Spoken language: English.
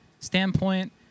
standpoint